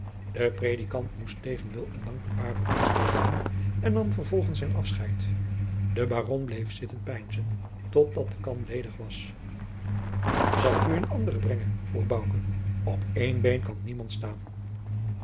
de predikant moest tegen wil en dank een paar roemers ledigen en nam vervolgens zijn afscheid de baron bleef zitten peinzen tot dat de kan ledig was zal ik u eene andere brengen vroeg bouke op één been kan niemand staan